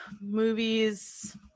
movies